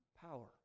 Power